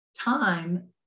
time